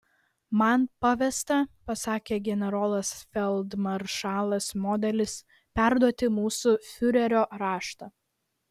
man pavesta pasakė generolas feldmaršalas modelis perduoti mūsų fiurerio raštą